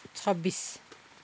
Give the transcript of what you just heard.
छब्बिस